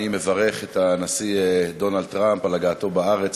אני מברך את הנשיא דונלד טראמפ על הגעתו לארץ,